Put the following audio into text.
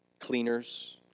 cleaners